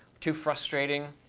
too frustrating.